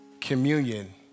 communion